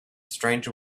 stranger